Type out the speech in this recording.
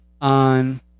on